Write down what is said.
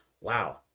wow